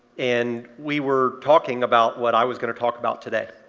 and we were talking about what i was going to talk about today.